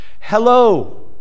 Hello